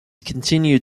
continued